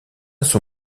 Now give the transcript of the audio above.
son